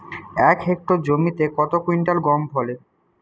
এক হেক্টর জমিতে কত কুইন্টাল গম ফলে?